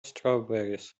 strawberries